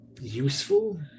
Useful